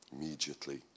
immediately